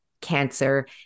cancer